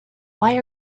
why